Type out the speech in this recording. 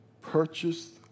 purchased